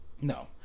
No